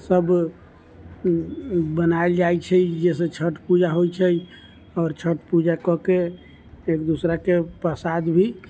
सब बनायल जाइ छै जेहिसँ छठ पूजा होइ छै आओर छठ पूजा कए के एक दोसराके प्रसाद भी